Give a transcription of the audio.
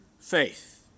faith